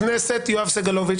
חבר הכנסת יואב סגלוביץ',